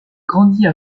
grandit